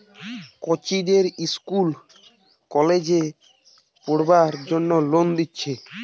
কচিদের ইস্কুল কলেজে পোড়বার জন্যে লোন দিচ্ছে